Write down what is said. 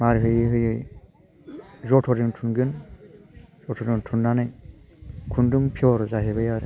मार होयै होयै जथरजों थुनगोन जथरजों थुननानै खुन्दुं पियर जाहैबाय आरो